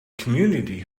community